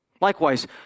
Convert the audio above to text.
Likewise